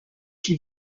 qui